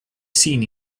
seen